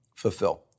fulfill